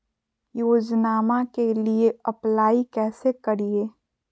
योजनामा के लिए अप्लाई कैसे करिए?